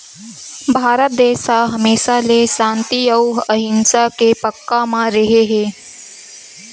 भारत देस ह हमेसा ले सांति अउ अहिंसा के पक्छ म रेहे हे